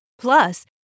Plus